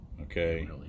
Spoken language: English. Okay